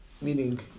meaning